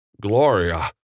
Gloria